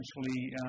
essentially